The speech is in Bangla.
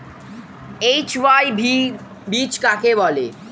এইচ.ওয়াই.ভি বীজ কাকে বলে?